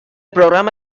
programa